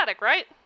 right